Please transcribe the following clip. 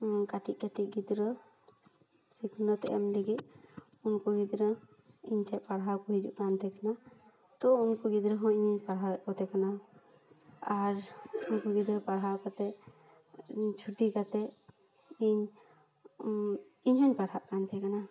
ᱠᱟᱹᱴᱤᱡ ᱠᱟᱹᱴᱤᱡ ᱜᱤᱫᱽᱨᱟᱹ ᱥᱤᱠᱷᱱᱟᱹᱛ ᱮᱢ ᱞᱟᱹᱜᱤᱫ ᱩᱱᱠᱩ ᱜᱤᱫᱽᱨᱟᱹ ᱤᱧ ᱴᱷᱮᱱ ᱯᱟᱲᱦᱟᱣ ᱠᱚ ᱦᱤᱡᱩ ᱠᱟᱱ ᱛᱮᱦᱮᱱᱟ ᱛᱳ ᱟᱨ ᱩᱱᱠᱩ ᱠᱚᱸ ᱜᱤᱫᱽᱨᱟᱹ ᱦᱚᱸ ᱤᱧᱤᱧ ᱯᱟᱲᱦᱟᱣ ᱮᱫ ᱠᱚ ᱛᱮᱦᱮ ᱠᱟᱱᱟ ᱟᱨ ᱩᱱᱠᱩ ᱜᱤᱫᱽᱨᱟᱹ ᱯᱟᱲᱦᱟᱣ ᱠᱮᱛᱮ ᱤᱧ ᱪᱷᱩᱴᱤ ᱠᱟᱛᱮ ᱤᱧ ᱦᱚᱧ ᱯᱟᱲᱦᱟ ᱠᱟᱱ ᱛᱮᱦᱮ ᱠᱟᱱᱟ